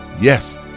Yes